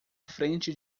frente